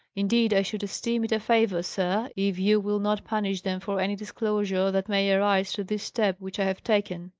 indeed, i should esteem it a favour, sir, if you will not punish them for any disclosure that may arise through this step which i have taken.